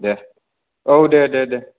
दे औ दे दे दे